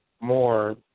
more